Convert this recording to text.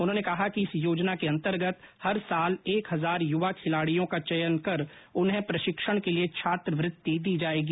उन्होंने कहा कि इस योजना के अंतर्गत हर साल एक हजार युवा खिलाडियों का चयन कर उन्हें प्रशिक्षण के लिए छात्रवृत्ति दी जाएगी